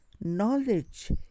knowledge